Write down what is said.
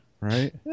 Right